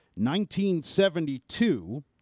1972